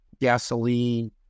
gasoline